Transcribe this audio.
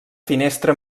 finestra